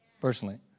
personally